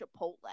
chipotle